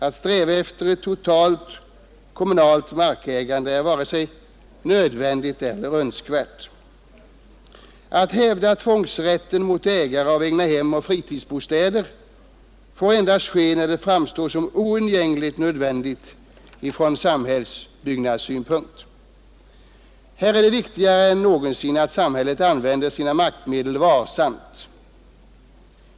Att sträva efter ett totalt kommunalt markägande är varken nödvändigt eller önskvärt. Tvångsrätten mot ägare av egnahem och fritidsbostäder får hävdas endast när det framstår som oundgängligen nödvändigt från samhällsbyggnadssynpunkt. Här är det viktigare än någonsin att samhället använder sina maktmedel varsamt.